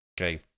Okay